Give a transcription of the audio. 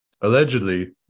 Allegedly